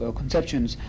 conceptions